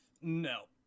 no